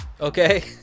Okay